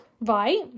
right